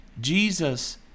Jesus